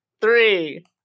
three